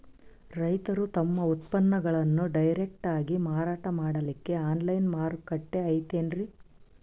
ರೈತರು ತಮ್ಮ ಉತ್ಪನ್ನಗಳನ್ನು ಡೈರೆಕ್ಟ್ ಆಗಿ ಮಾರಾಟ ಮಾಡಲಿಕ್ಕ ಆನ್ಲೈನ್ ಮಾರುಕಟ್ಟೆ ಐತೇನ್ರೀ?